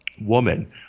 woman